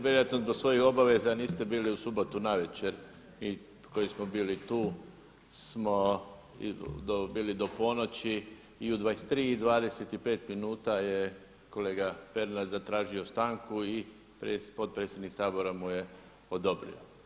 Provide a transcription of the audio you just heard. Vjerojatno od svojih obaveza niste bili u subotu navečer i mi koji smo bili tu smo bili do ponoći i u 23,25 minuta je kolega Pernar zatražio stanku i potpredsjednik Sabora mu je odobrio.